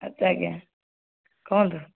ଆଚ୍ଛା ଆଜ୍ଞା କୁହନ୍ତୁ